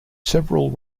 several